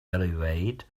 alleviate